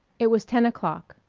it was ten o'clock.